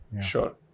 Sure